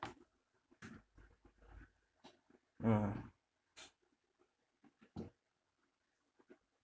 mm